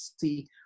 see